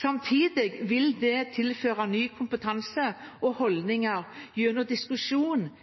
Samtidig vil det tilføre ny kompetanse og holdninger gjennom diskusjon